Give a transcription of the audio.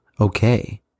Okay